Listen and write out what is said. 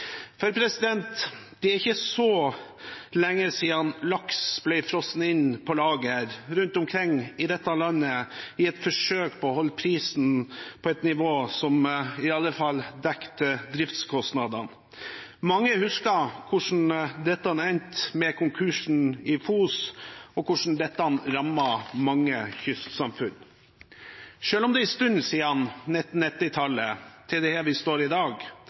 Det er ikke så lenge siden laks ble frosset inn på lager rundt omkring i dette landet i et forsøk på å holde prisen på et nivå som iallfall dekket driftskostnadene. Mange husker hvordan dette endte med konkursen i FOS, og hvordan dette rammet mange kystsamfunn. Selv om det er en stund siden 1990-tallet til her vi står i dag,